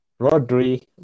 Rodri